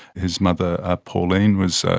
his mother ah pauline was.